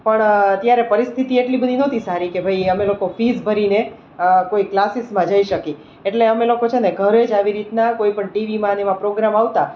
પણ અત્યારે પરિસ્થિતિ એટલી બધી નહોતી સારી કે ભઈ અમે લોકો ફીસ ભરીને કોઈ ક્લાસિસમાં જઈ શકીએ એટલે અમે લોકો છે ને ઘરે જ આવી રીતના કોઈપણ ટીવીમાં ને એવા પ્રોગ્રામ આવતા